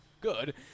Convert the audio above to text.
good